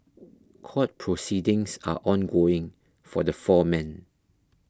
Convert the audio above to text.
court proceedings are ongoing for the four men